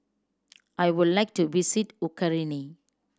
I would like to visit Ukraine